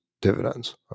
dividends